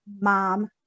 mom